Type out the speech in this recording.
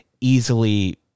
easily